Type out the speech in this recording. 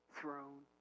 throne